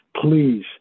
please